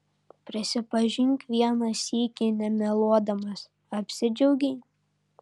prisipažink vieną sykį nemeluodamas apsidžiaugei